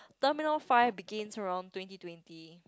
terminal five begins around twenty twenty